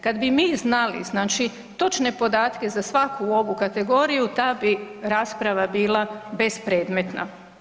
Kad bi mi znali znači točne podatke za svaku ovu kategoriju ta bi rasprava bila bespredmetna.